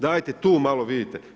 Dajte tu malo vidite.